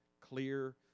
clear